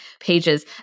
pages